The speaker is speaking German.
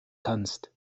kannst